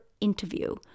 interview